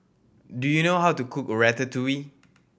do you know how to cook Ratatouille